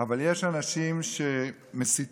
אבל יש אנשים שמסיתים.